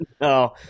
No